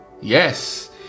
Yes